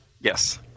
Yes